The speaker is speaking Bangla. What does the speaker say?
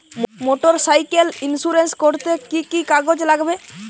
মোটরসাইকেল ইন্সুরেন্স করতে কি কি কাগজ লাগবে?